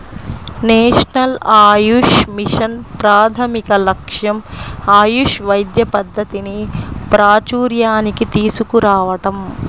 national Ayush mission ప్రాథమిక లక్ష్యం ఆయుష్ వైద్య పద్ధతిని ప్రాచూర్యానికి తీసుకురావటం